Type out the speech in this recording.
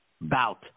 bout